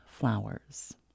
flowers